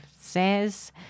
says